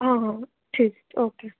हां हां ठीक ओके